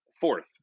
fourth